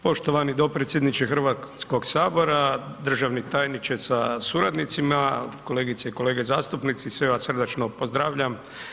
Poštovani dopredsjedniče Hrvatskog sabora, državni tajniče sa suradnicima, kolegice i kolege zastupnici, sve vas srdačno pozdravljam.